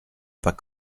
pas